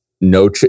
no